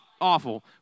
awful